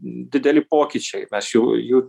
dideli pokyčiai mes jau jų